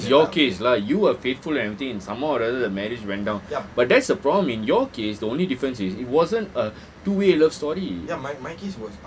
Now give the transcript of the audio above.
that is your case lah you are faithful and everything and some more rather the marriage went down but that's a problem in your case the only difference is it wasn't a two way love story